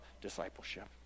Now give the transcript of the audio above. discipleship